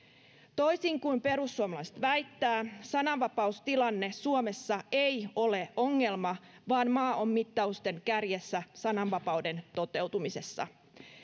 toisin kuin perussuomalaiset väittävät sananvapaustilanne suomessa ei ole ongelma vaan maa on mittausten kärjessä sananvapauden toteutumisessa